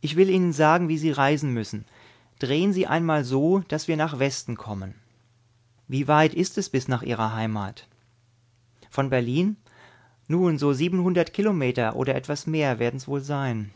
ich will ihnen sagen wie sie reisen müssen drehen sie einmal so daß wir nach westen kommen wie weit ist es bis nach ihrer heimat von berlin nun so siebenhundert kilometer oder etwas mehr werden's wohl sein